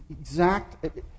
exact